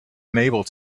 unable